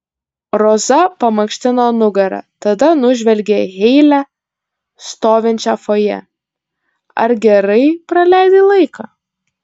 roza pamankštino nugarą tada nužvelgė heile stovinčią fojė ar gerai praleidai laiką